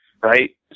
right